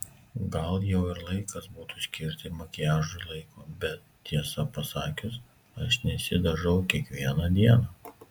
gal jau ir laikas būtų skirti makiažui laiko bet tiesą pasakius aš nesidažau kiekvieną dieną